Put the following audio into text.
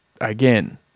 again